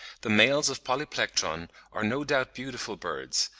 the males of polyplectron are no doubt beautiful birds,